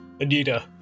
Anita